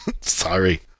Sorry